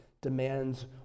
demands